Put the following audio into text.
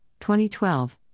2012